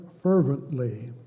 fervently